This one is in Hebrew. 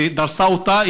שדרסה אותה,